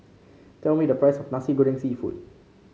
tell me the price of Nasi Goreng seafood